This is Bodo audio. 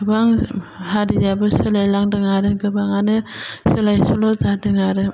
गोबां हारियाबो सोलायलांदों आरो गोबाङानो सोलाय सोल' जादों आरो